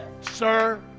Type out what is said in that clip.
sir